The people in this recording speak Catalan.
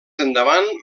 endavant